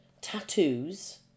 tattoos